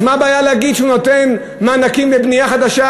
אז מה הבעיה להגיד שהוא נותן מענקים לבנייה חדשה,